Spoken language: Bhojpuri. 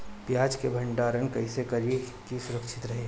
प्याज के भंडारण कइसे करी की सुरक्षित रही?